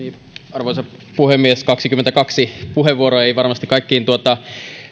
arvoisa puhemies kaksikymmentäkaksi puheenvuoroa ei varmasti kaikkiin ehdi vastata